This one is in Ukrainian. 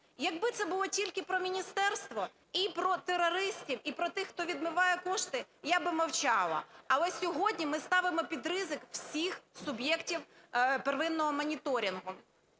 Якби це було тільки про міністерство і про терористів, і про тих, хто відмиває кошти, я би мовчала. Але сьогодні ми ставимо під ризик всіх суб'єктів первинного моніторингу.